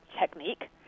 technique